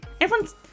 everyone's